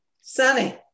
Sunny